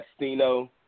Castino